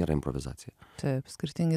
gera improvizacija taip skirtingi